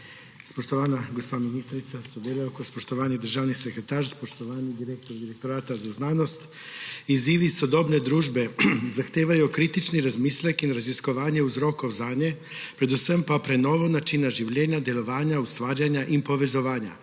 Spoštovana gospa ministrica s sodelavko, spoštovani državni sekretar, spoštovani direktor Direktorata za znanost! »Izzivi sodobne družbe zahtevajo kritičen razmislek in raziskovanje vzrokov zanje, predvsem pa prenovo načina življenja, delovanja, ustvarjanja in povezovanja.«